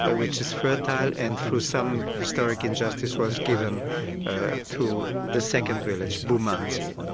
ah which is fertile, and through some historic injustice was given to the second village, bumanzi.